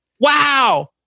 Wow